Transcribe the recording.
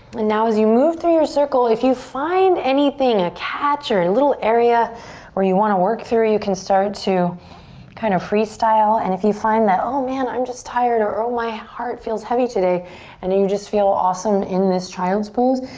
and now as you move through your circle, if you find anything, a catch or and a little area where you want to work through, you can start to kind of freestyle. and if you find that, oh man, i'm just tired or my heart feels heavy today and you you just feel awesome in this child's pose,